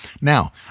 Now